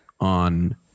on